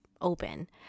open